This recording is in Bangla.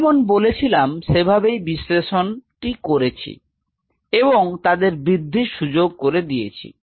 আমি যেরকম বলেছিলাম সেভাবেই বিশ্লেষণটি করেছি এবং তাদের বৃদ্ধির সুযোগ করে দিয়েছি